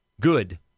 Good